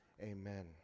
Amen